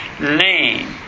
name